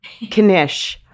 Kanish